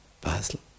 Basel